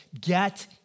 get